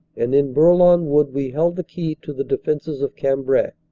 and in bourlon wood we held the key to the defenses of cam brai.